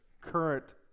current